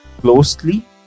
closely